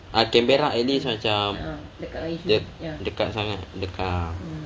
ah canberra at least macam dekat sangat ah